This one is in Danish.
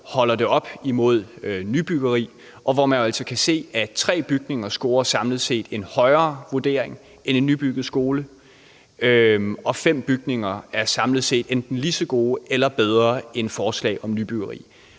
holder op imod et nybyggeri, og vi kan se, at tre bygninger samlet set scorer en højere vurdering end en nybygget skole, og fem bygninger er enten lige så gode eller bedre end forslaget om et nybyggeri.